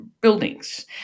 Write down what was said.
buildings